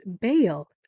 bail